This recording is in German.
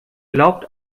glaubt